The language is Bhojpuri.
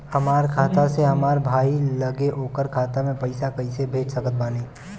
हमार खाता से हमार भाई लगे ओकर खाता मे पईसा कईसे भेज सकत बानी?